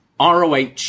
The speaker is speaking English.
ROH